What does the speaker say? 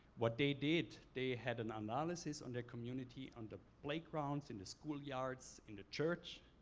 what they did, they had an analysis on their community on the playgrounds in the schoolyards, in the church,